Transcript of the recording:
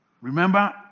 remember